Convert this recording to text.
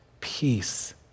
peace